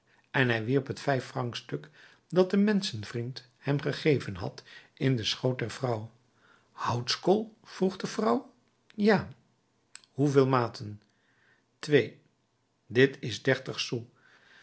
en hij wierp het vijffrancstuk dat de menschenvriend hem gegeven had in den schoot der vrouw houtskool vroeg de vrouw ja hoeveel maten twee dit is dertig sous